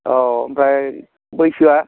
औ ओमफ्राय बैसोआ